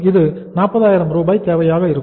இது 40000 ரூபாய் தேவையாக இருக்கும்